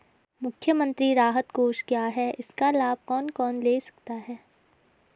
मुख्यमंत्री राहत कोष क्या है इसका लाभ कौन कौन ले सकता है?